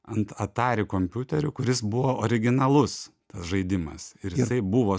ant atari kompiuterių kuris buvo originalus žaidimas ir jisai buvo